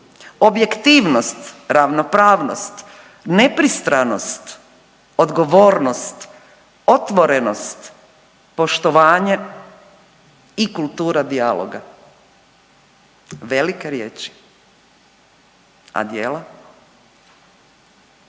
objektivnost, ravnopravnost, nepristranost, odgovornost, otvorenost, poštovanje i kultura dijaloga. A ovaj Prijedlog